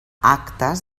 actes